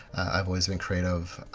i've always been creative.